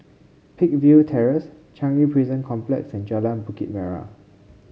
Peakville Terrace Changi Prison Complex and Jalan Bukit Merah